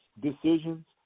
decisions